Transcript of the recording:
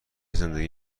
زندگی